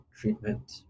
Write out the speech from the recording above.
treatment